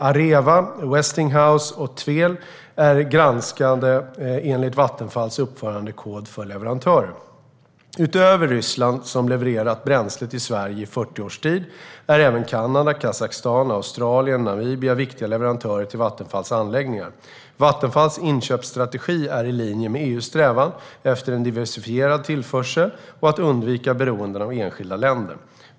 Areva, Westinghouse och TVEL är granskade enligt Vattenfalls uppförandekod för leverantörer. Utöver Ryssland, som levererat bränsle till Sverige i 40 års tid, är även Kanada, Kazakstan, Australien och Namibia viktiga leverantörer till Vattenfalls anläggningar. Vattenfalls inköpsstrategi är i linje med EU:s strävan efter en diversifierad tillförsel och att undvika beroende av enskilda länder.